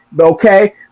okay